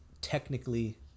technically